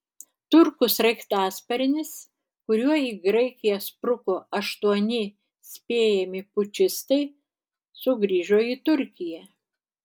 turkų sraigtasparnis kuriuo į graikiją spruko aštuoni spėjami pučistai sugrįžo į turkiją